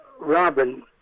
Robin